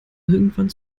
irgendwann